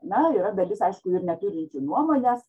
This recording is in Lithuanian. na yra dalis aišku ir neturinčių nuomonės